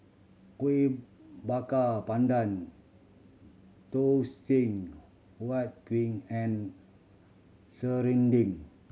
Kuih Bakar Pandan Huat Kueh and serunding